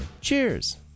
Cheers